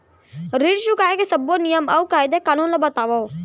ऋण चुकाए के सब्बो नियम अऊ कायदे कानून ला बतावव